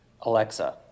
Alexa